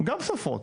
גם סופרות,